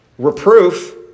Reproof